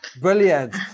Brilliant